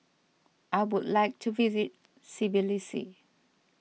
I would like to visit Tbilisi